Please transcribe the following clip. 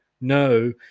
No